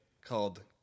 called